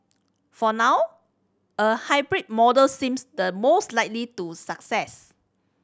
for now a hybrid model seems the most likely to succeed